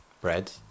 bread